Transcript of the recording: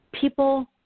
People